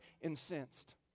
incensed